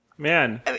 Man